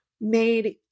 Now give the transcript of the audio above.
made